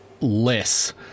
less